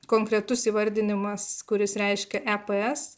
konkretus įvardinimas kuris reiškia eps